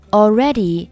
already